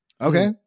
Okay